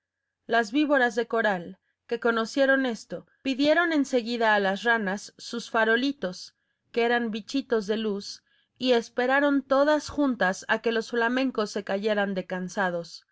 las víboras de coral que conocieron esto pidieron en seguida a las ranas sus farolitos que eran bichitos de luz y esperaron todas juntas a que los flamencos se cayeran de cansados